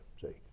see